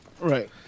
right